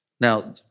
Now